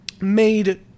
made